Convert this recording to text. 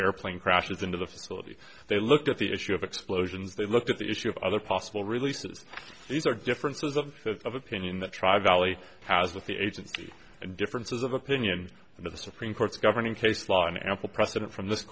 airplane crashes into the facility they looked at the issue of explosions they looked at the issue of other possible releases or differences of opinion that try valley has with agent and differences of opinion in the supreme court's governing case law an ample precedent from this